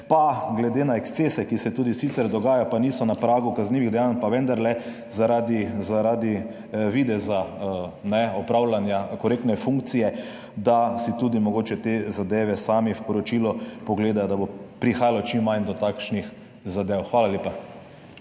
pa glede na ekscese, ki se tudi sicer dogajajo, pa niso na pragu kaznivih dejanj, pa vendarle zaradi videza opravljanja korektne funkcije, da si tudi mogoče te zadeve sami v poročilu pogledajo, da bo prihajalo do čim manj takšnih zadev. Hvala lepa.